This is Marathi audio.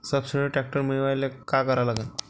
सबसिडीवर ट्रॅक्टर मिळवायले का करा लागन?